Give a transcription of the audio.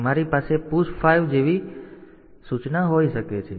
તેથી તમારી પાસે પુશ 5 જેવી સૂચના હોઈ શકે છે